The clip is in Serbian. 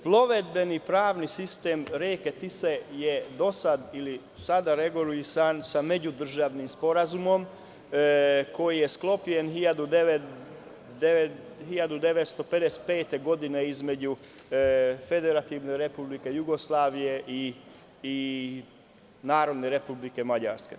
Plovidbeni pravni sistem reke Tise je do sada ili sada regulisan sa međudržavnim sporazumom koji je sklopljen 1955. godine između Federativne Republike Jugoslavije i Narodne Republike Mađarske.